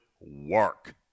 work